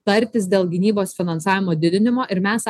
tartis dėl gynybos finansavimo didinimo ir mes